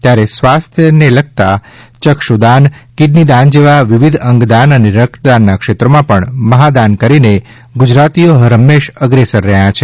ત્યારે સ્વાસ્થ્ય લગતા ચક્ષુદાન કિડની દાન જેવા વિવિધ અંગદાન અને રક્તદાનના ક્ષેત્રોમાં પણ મહાદાન કરીને ગુજરાતીઓ હર હંમેશા અગ્રેસર રહ્યા છે